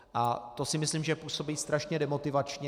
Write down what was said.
A to si myslím, že působí strašně demotivačně.